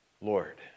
Lord